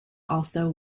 also